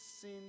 sin